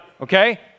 Okay